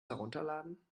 herunterladen